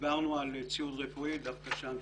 דיברנו על ציוד רפואי,